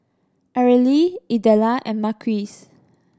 Arely Idella and Marquis